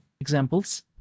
Examples